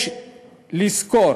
יש לזכור